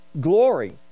glory